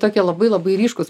tokie labai labai ryškūs